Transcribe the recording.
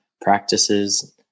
practices